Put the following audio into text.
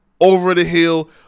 over-the-hill